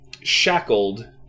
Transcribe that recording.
shackled